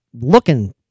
looking